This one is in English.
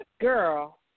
girl